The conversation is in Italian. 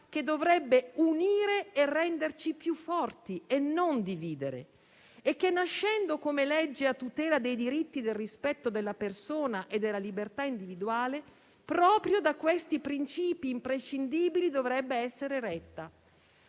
che dovrebbe unire e renderci più forti e non dividere. Il disegno di legge in esame, nascendo a tutela dei diritti e del rispetto della persona e della libertà individuale, proprio da questi principi imprescindibili dovrebbe essere retto.